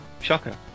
Shocker